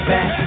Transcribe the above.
Back